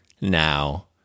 now